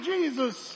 Jesus